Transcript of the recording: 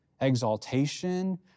exaltation